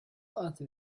other